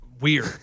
weird